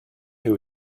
who